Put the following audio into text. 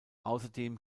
außerdem